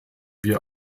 wir